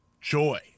joy